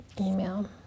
email